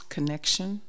Connection